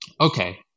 okay